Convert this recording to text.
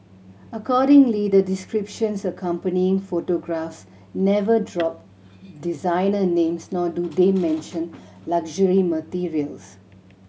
accordingly the descriptions accompanying photographs never drop designer names nor do they mention luxury materials